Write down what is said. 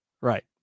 Right